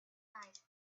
type